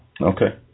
Okay